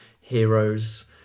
heroes